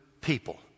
people